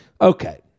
okay